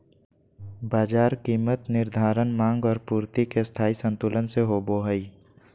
बाजार कीमत निर्धारण माँग और पूर्ति के स्थायी संतुलन से होबो हइ